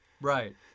Right